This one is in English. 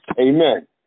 Amen